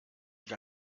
sich